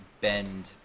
bend